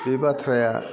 बे बाथ्राया